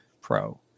pro